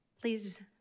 Please